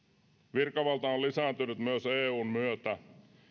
virkavalta on lisääntynyt myös eun myötä